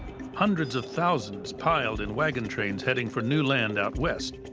hundreds of thousands piled in wagon trains, heading for new land out west.